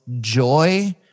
joy